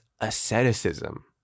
asceticism